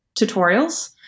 tutorials